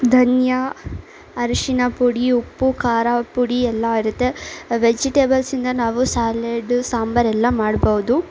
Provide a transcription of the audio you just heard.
ಧನಿಯಾ ಅರಿಶಿಣ ಪುಡಿ ಉಪ್ಪು ಖಾರದ ಪುಡಿ ಎಲ್ಲ ಇರುತ್ತೆ ವೆಜಿಟೇಬಲ್ಸಿಂದ ನಾವು ಸಾಲೆಡ್ಡು ಸಾಂಬಾರು ಎಲ್ಲ ಮಾಡ್ಬೌದು